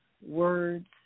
words